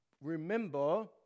remember